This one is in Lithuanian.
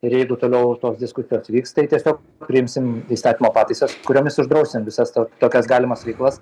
ir jeigu toliau tos diskusijos vyks tai tiesiog priimsim įstatymo pataisas kuriomis uždrausim visas tokias galimas veiklas